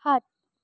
সাত